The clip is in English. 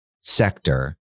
sector